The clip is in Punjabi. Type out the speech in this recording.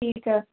ਠੀਕ ਆ